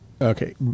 Okay